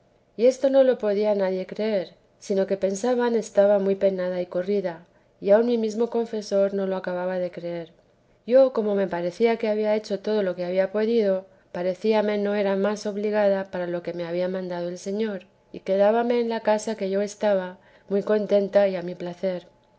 y esto no lo podía nadie creer ni aun las mesmas personas de oración que me trataban sino que pensaban estaba muy penada y corrida y aun mi mesmo confesor no lo acababa de creer yo como me parecía que había hecho todo lo que había podido parecíame no era más obligada para lo que me había mandado el señor y quedábame en la casa que yo estaba muy contenta y a mi placer